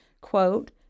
quote